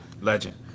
Legend